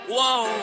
Whoa